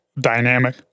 dynamic